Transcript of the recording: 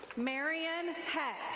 marian heck.